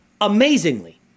Amazingly